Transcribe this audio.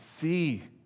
see